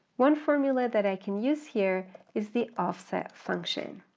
one formula that i can use here is the offset function.